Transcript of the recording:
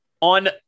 on